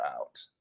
out